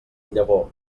llavor